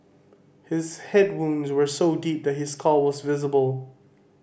his head wounds were so deep that his skull was visible